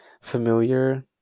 familiar